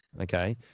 okay